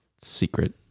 Secret